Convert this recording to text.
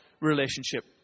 relationship